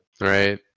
right